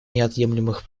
неотъемлемых